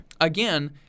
Again